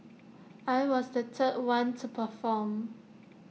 I was the third one to perform